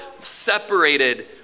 separated